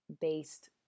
based